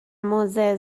موضع